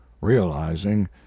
realizing